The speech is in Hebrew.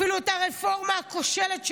אפילו את הרפורמה הכושלת שלה,